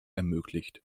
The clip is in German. ermöglicht